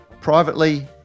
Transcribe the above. privately